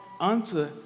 unto